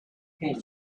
came